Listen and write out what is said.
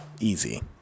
easy